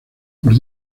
por